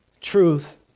truth